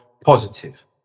positive